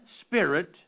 spirit